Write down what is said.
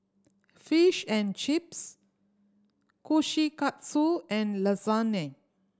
Fish and Chips Kushikatsu and Lasagne